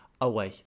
away